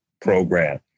program